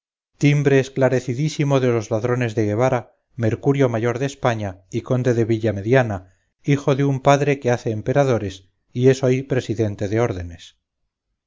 el diablillo timbre esclarecídisimo de los ladrones de guevara mercurio mayor de españa y conde de villamediana hijo de un padre que hace emperadores y es hoy presidente de ordenes